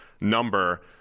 number